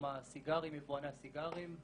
מפורום יבואני הסיגרים.